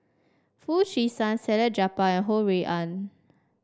Foo Chee San Salleh Japar and Ho Rui An